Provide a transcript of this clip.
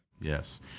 Yes